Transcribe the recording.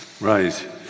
Right